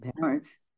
parents